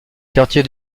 quartier